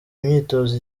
imyitozo